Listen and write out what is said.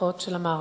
מפותחות של המערב.